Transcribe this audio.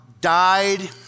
Died